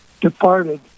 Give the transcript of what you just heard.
departed